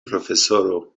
profesoro